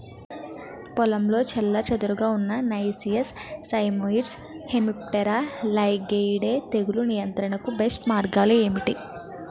పొలంలో చెల్లాచెదురుగా ఉన్న నైసియస్ సైమోయిడ్స్ హెమిప్టెరా లైగేయిడే తెగులు నియంత్రణకు బెస్ట్ మార్గాలు ఏమిటి?